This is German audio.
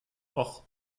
och